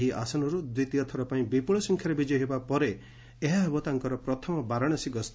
ଏହି ଆସନରୁ ଦ୍ୱିତୀୟ ଥରପାଇଁ ବିପୁଳ ସଂଖ୍ୟାରେ ବିଜୟୀ ହେବା ପରେ ଏହା ତାଙ୍କର ପ୍ରଥମ ବାରାଣସୀ ଗସ୍ତ